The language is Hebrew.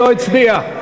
שלא הצביע?